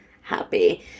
happy